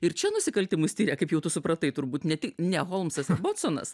ir čia nusikaltimus tiria kaip jau tu supratai turbūt ne ne holmsas ir votsonas